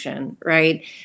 right